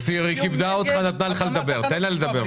אופיר, היא כיבדה אותך ונתנה לך לדבר, תן לה לדבר.